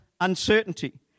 uncertainty